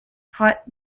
hot